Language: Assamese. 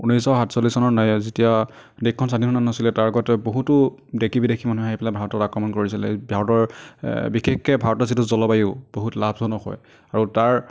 ঊনৈছশ সাতচল্লিছ চনত যেতিয়া দেশখন স্বাধীন হোৱা নাছিলে তাৰ আগত বহুতো দেশী বিদেশী মানুহ আহি পেলাই ভাৰতত আক্ৰমণ কৰিছিলে ভাৰতৰ বিশেষকৈ ভাৰতৰ যিটো জলবায়ু বহুত লাভজনক হয় আৰু তাৰ